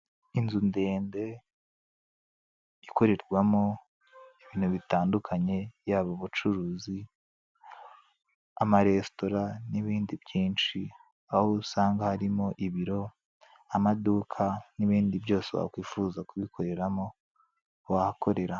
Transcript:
Inzu ndende ikorerwamo ibintu bitandukanye yaba ubucuruzi, amaresitora n'ibindi byinshi, aho usanga harimo ibiro amaduka n'ibindi byose wakwifuza kubikoreramo wahakorera.